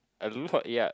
I look for Yap